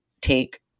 take